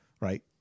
right